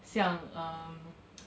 像 um